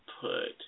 put